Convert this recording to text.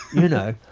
you know.